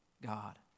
God